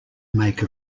make